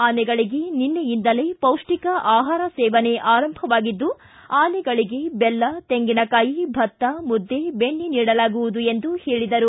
ಆನೆಗಳಗೆ ನಿನ್ನೆಯಿಂದಲೇ ಪೌಷ್ಠಿಕ ಆಹಾರ ಸೇವನೆ ಆರಂಭವಾಗಿದ್ದು ಆನೆಗಳಿಗೆ ಬೆಲ್ಲ ತೆಂಗಿನಕಾಯಿ ಭತ್ತ ಮುದ್ದೆ ಬೆಣ್ಣೆ ನೀಡಲಾಗುವುದು ಎಂದು ಹೇಳಿದರು